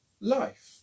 life